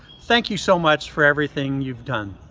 thank you so much for everything you've done.